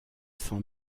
sans